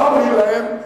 מה אומרים להם?